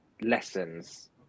lessons